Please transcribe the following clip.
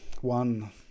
One